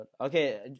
Okay